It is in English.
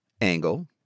angle